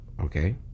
Okay